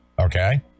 okay